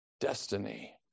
destiny